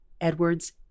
Edwards